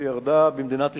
שירדה במדינת ישראל,